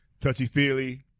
Touchy-feely